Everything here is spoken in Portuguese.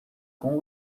com